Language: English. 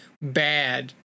bad